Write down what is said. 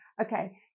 Okay